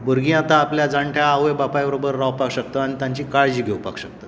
भुरगीं आतां आपल्या जाणट्या आवय बापाय बरोबर रावपाक शकतां आनी तांची काळजी घेवपाक शकता